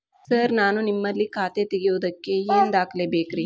Sir ನಾನು ನಿಮ್ಮಲ್ಲಿ ಖಾತೆ ತೆರೆಯುವುದಕ್ಕೆ ಏನ್ ದಾಖಲೆ ಬೇಕ್ರಿ?